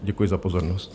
Děkuji za pozornost.